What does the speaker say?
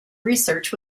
research